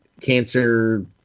cancer